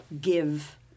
give